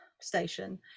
station